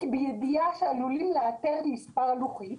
בידיעה שעלולים לאתר מספר לוחית,